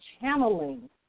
channeling